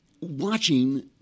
Watching